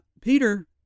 Peter